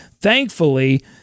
Thankfully